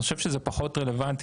אני חושב שזה פחות רלוונטי.